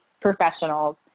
professionals